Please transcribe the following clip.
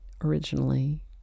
originally